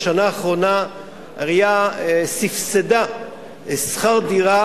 בשנה האחרונה העירייה סבסדה שכר דירה